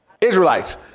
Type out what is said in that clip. Israelites